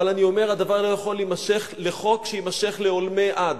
אבל אני אומר: הדבר לא יכול להימשך לחוק שיימשך לעולמי עד.